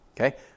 Okay